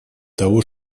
того